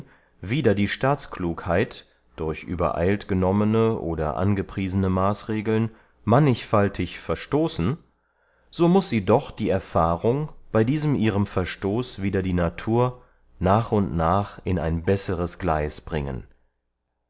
wider die staatsklugheit durch übereilt genommene oder angepriesene maaßregeln mannichfaltig verstoßen so muß sie doch die erfahrung bey diesem ihrem verstoß wider die natur nach und nach in ein besseres gleis bringen